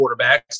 quarterbacks